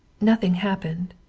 nothing happened.